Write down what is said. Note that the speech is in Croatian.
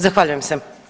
Zahvaljujem se.